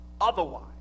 Otherwise